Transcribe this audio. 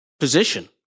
position